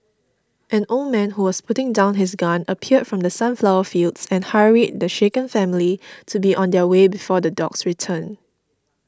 an old man who was putting down his gun appeared from the sunflower fields and hurried the shaken family to be on their way before the dogs return